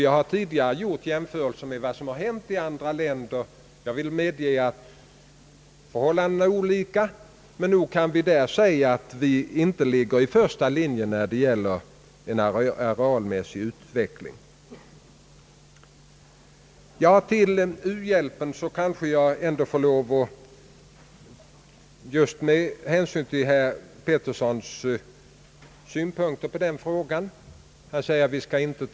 Jag har tidigare gjort jämförelser med vad som hänt i andra länder. Jag medger att förhållandena är olika, men nog kan man säga att vi inte ligger i första linjen när det gäller arealmässig utveckling av våra jordbruksföretag När det gäller u-hjälpen säger herr Pettersson att vi inte skall ta maten från dem som svälter.